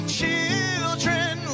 children